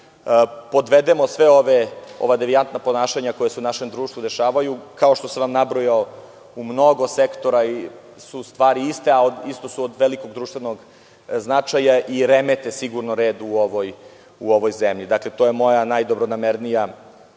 podvedemo sva ova devijantna ponašanja koja se u našem društvu dešavaju, kao što sam vam nabrojao, u mnogo sektora su stvari iste, a isto su od velikog društvenog značaja i remete red u ovoj zemlji. To je moja najdobronamernija